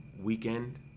weekend